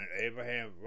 Abraham